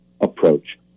approach